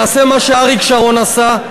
נעשה מה שאריק שרון עשה.